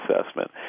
assessment